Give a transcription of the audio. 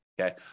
okay